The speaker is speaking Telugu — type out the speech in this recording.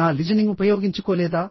నా లిజనింగ్ ఉపయోగించుకోలేదా